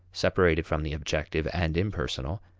separated from the objective and impersonal,